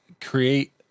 create